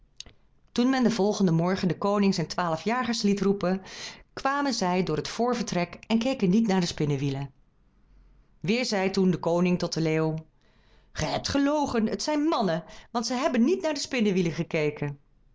toen men den volgenden morgen de koning zijn twaalf jagers liet roepen kwamen zij door het voorvertrek en keken niet naar de spinnewielen weer zei toen de koning tot den leeuw ge hebt gelogen het zijn mannen want zij hebben niet naar de spinnewielen gekeken